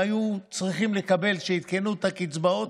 היו צריכים לקבל כשעדכנו את הקצבאות,